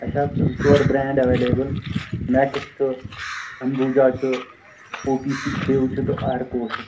اَسہِ حظ چھِ زٕ ژور برٛینٛڈ اٮ۪وٮ۪لیبٕل مٮ۪کٕس چھُ اَمبوٗجا چھُ او پی سی کھِرٛو چھُ تہٕ آرکو چھُ